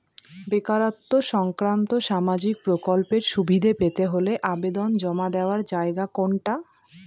বেকারত্ব সংক্রান্ত সামাজিক প্রকল্পের সুবিধে পেতে হলে আবেদন জমা দেওয়ার জায়গা কোনটা?